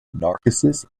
narcissus